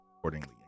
Accordingly